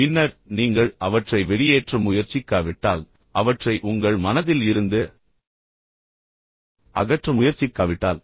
பின்னர் நீங்கள் அவற்றை வெளியேற்ற முயற்சிக்காவிட்டால் அவற்றை உங்கள் மனதில் இருந்து அகற்ற முயற்சிக்காவிட்டால்